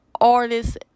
artists